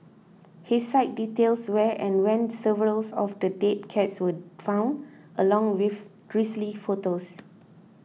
his site details where and when several of the dead cats were found along with grisly photos